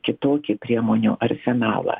kitokį priemonių arsenalą